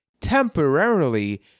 temporarily